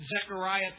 Zechariah